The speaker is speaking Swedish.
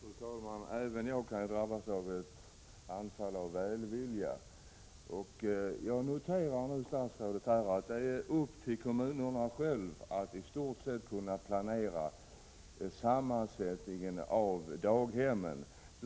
Fru talman! Även jag kan drabbas av ett anfall av välvilja. Jag noterar nu att det i stort sett ankommer på kommunerna själva att planera sammansättningen av daghemmen.